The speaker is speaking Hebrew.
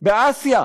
באסיה,